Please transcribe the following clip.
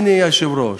אדוני היושב-ראש.